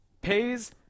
pays